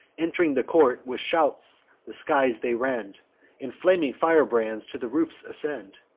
ent'ring the court, with shouts the skies they rend and flaming firebrands to the roofs ascend.